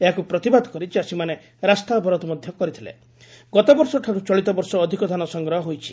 ଏହାକୁ ପ୍ରତିବାଦ କରି ଚାଷୀମାନେ ରାସ୍ତା ଅବରୋଧ ମଧ୍ଧ କରିଥିଲେ ଗତବର୍ଷଠାରୁ ଚଳିବର୍ଷ ଅଧିକ ଧାନ ସଂଗ୍ରହ ହୋଇଛି